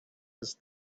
his